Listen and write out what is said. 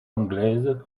anglaise